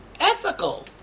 ethical